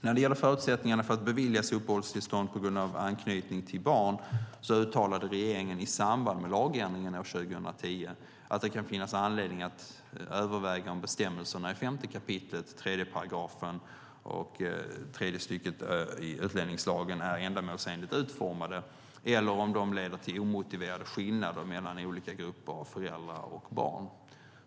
När det gäller förutsättningarna för att beviljas uppehållstillstånd på grund av anknytning till barn uttalade regeringen i samband med lagändringen år 2010 att det kan finnas anledning att överväga om bestämmelserna i 5 kap. 3 § och 3 a § utlänningslagen är ändamålsenligt utformade eller om de leder till omotiverade skillnader mellan olika grupper av föräldrar och barn.